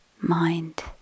mind